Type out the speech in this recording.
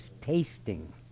tasting